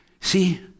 See